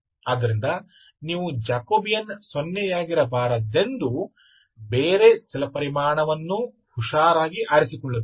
ಆದ್ದರಿಂದ ನೀವು ಜಾಕೋಬಿಯನ್ ಸೊನ್ನೆಯಾಗಬಾರದೆಂದು ಬೇರೆ ಚಲಪರಿಮಾಣವನ್ನು ಹುಷಾರಾಗಿ ಆರಿಸಿಕೊಳ್ಳಬೇಕು